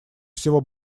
всего